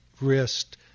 wrist